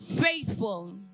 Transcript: faithful